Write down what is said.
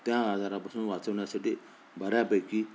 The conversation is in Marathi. त्या आजारापासून वाचवण्यासाठी बऱ्यापैकी